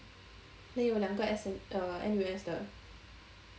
then 有两个 S_M uh N_U_S 的